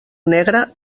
negre